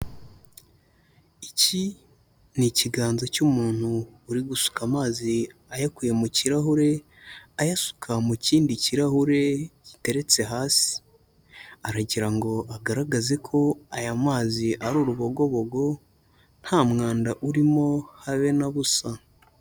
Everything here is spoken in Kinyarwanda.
Iki, ni ikiganza cy'umuntu uri gusuka amazi ayakuye mu kirahure, ayasuka mu kindi kirahure giteretse hasi. Aragira ngo agaragaze ko aya mazi ari urubogobogo, nta mwanda urimo habe na busa.